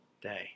day